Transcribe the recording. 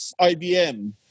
IBM